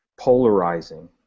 polarizing